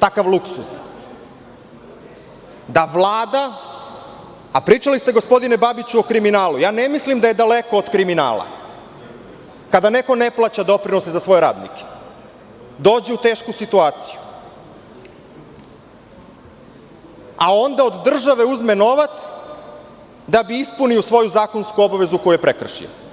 takav luksuz, da Vlada, a pričali ste, gospodine Babiću, o kriminalu, ne mislim da je daleko od kriminala kada neko ne plaća doprinose za svoje radnike, dođe u tešku situaciju, a onda od države uzme novac da bi ispunio svoju zakonsku obavezu koju je prekršio?